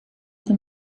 them